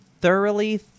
thoroughly